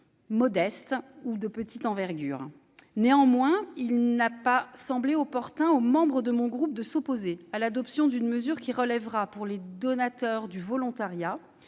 modeste ou de petite envergure. Néanmoins, il n'a pas semblé opportun aux membres de mon groupe de s'opposer à l'adoption d'une mesure qui relèvera, pour les donateurs, du volontariat